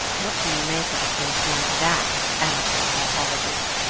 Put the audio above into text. what do you make of a case like that, amateur psychologist?